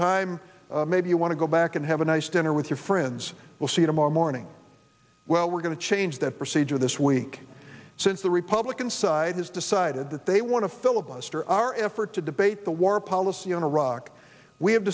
time maybe you want to go back and have a nice dinner with your friends we'll see tomorrow morning well we're going to change that procedure this week since the republican side has decided that they want to filibuster our effort to debate the war policy on iraq we have